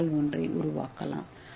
ஏ wall ஒன்றை உருவாக்கலாம்